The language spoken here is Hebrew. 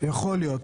יכול להיות.